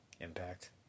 Impact